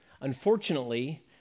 Unfortunately